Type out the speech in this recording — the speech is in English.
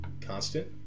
constant